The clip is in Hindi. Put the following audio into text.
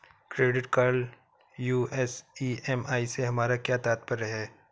क्रेडिट कार्ड यू.एस ई.एम.आई से हमारा क्या तात्पर्य है?